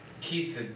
Keith